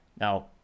Now